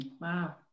Wow